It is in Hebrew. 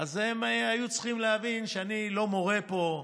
אז הם היו צריכים להבין שאני לא מורה פה,